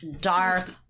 Dark